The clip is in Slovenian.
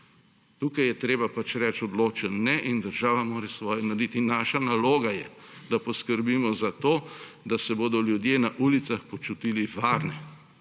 Tukaj je treba pač reči odločen ne in država mora svoje narediti. In naša naloga je, da poskrbimo za to, da se bodo ljudje na ulicah počutili varne;